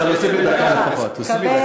כמה